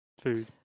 food